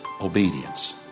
obedience